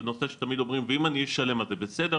זה נושא שתמיד אומרים: ואם אני אשלם אז זה יהיה בסדר?